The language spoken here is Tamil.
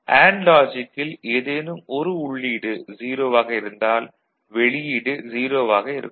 அண்டு லாஜிக்கில் ஏதேனும் ஒரு உள்ளீடு 0 ஆக இருந்தால் வெளியீடு 0 ஆக இருக்கும்